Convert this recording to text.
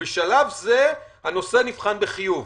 ובשלב זה הנושא נבחן בחיוב.